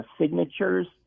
signatures